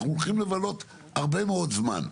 אנחנו הולכים לבלות הרבה מאוד זמן,